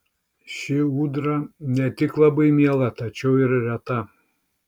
ši ūdra ne tik labai miela tačiau ir reta